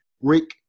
Rick